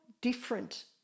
different